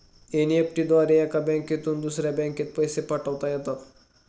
NEFT द्वारे एका बँकेतून दुसऱ्या बँकेत पैसे पाठवता येतात